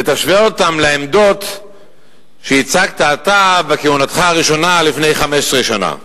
ותשווה אותן לעמדות שהצגת אתה בכהונתך הראשונה לפני 15 שנה.